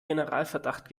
generalverdacht